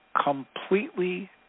completely